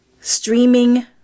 streaming